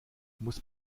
muss